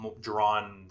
drawn